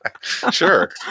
Sure